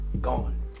gone